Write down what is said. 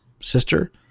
sister